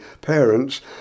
parents